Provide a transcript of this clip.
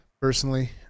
personally